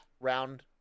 round